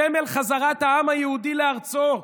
סמל חזרת העם היהודי לארצו,